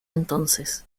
entonces